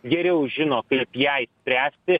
geriau žino kaip jai spręsti